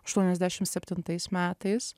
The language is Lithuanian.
aštuoniasdešim septintais metais